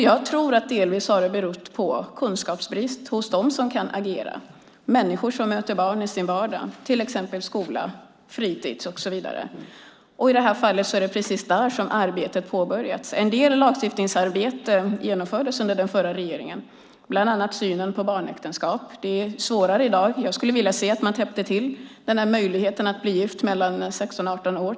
Jag tror att det delvis har berott på kunskapsbrist hos dem som kan agera, människor som möter barn i sin vardag, till exempel skola och fritis. I det här fallet är det precis där som arbetet påbörjats. En del lagstiftningsarbete genomfördes under den förra regeringen, bland annat gällande synen på barnäktenskap. Det är svårare i dag. Jag skulle vilja se att man täppte till möjligheten att bli gift mellan 16 och 18 år.